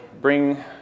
bring